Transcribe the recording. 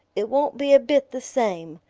it won't be a bit the same.